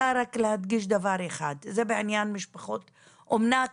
בעניין משפחות אומנה,